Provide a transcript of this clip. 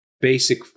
basic